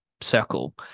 circle